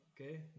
okay